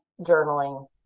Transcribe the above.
journaling